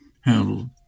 handled